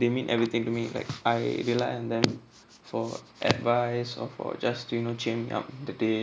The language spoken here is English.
they mean everything to me like I rely on them for advice or for just you know cheering up the day